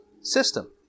system